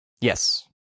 Yes